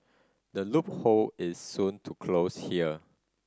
the loophole is soon to close here